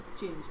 change